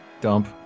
dump